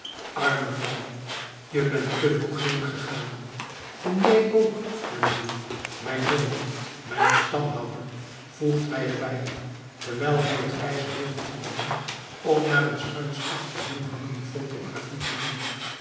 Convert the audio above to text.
arme vrouw je bent te vroeg heengegaan en jij ook henri mijn jongen mijn stamhouder voegt hij er bij terwijl hij het grijze hoofd omwendt om naar een schuins achter hem hangende photographie te zien